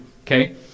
okay